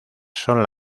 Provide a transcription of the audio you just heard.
son